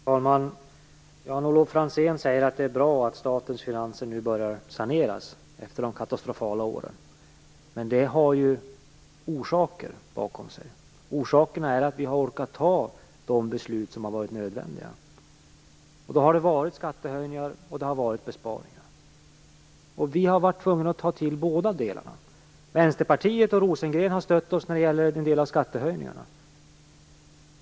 Fru talman! Jan-Olof Franzén säger att det är bra att statens finanser nu börjar saneras efter de katastrofala åren. Men det har ju sina orsaker. Orsakerna är att vi har orkat fatta de beslut som har varit nödvändiga. Det har varit beslut om skattehöjningar och om besparingar. Vi har varit tvungna att ta till bådadera. Vänsterpartiet och Rosengren har stött oss när det gäller en del av skattehöjningarna.